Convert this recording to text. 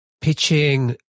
pitching